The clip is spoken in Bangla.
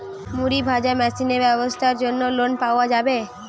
মুড়ি ভাজা মেশিনের ব্যাবসার জন্য লোন পাওয়া যাবে?